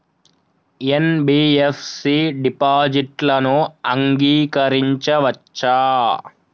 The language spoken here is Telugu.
ఎన్.బి.ఎఫ్.సి డిపాజిట్లను అంగీకరించవచ్చా?